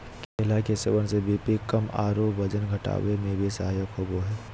केला के सेवन से बी.पी कम आरो वजन घटावे में भी सहायक होबा हइ